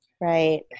Right